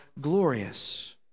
glorious